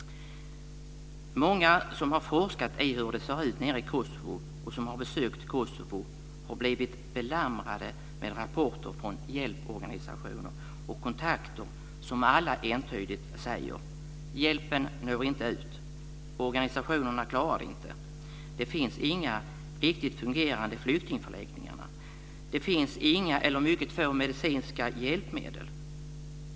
Många som har forskat i hur det ser ut nere i Kosovo och som har besökt Kosovo har blivit belamrade med rapporter från hjälporganisationer och kontakter som alla entydigt säger: Hjälpen når inte ut! Organisationerna klarar det inte. Det finns inga riktigt fungerande flyktingförläggningar. Det finns inga eller mycket få medicinska hjälpmedel.